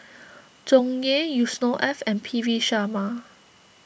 Tsung Yeh Yusnor Ef and P V Sharma